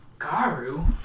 Garu